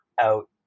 out